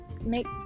make